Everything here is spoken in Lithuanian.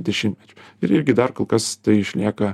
dešimtmečiu ir irgi dar kol kas tai išlieka